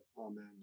Amen